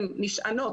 הם נשענות,